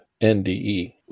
NDE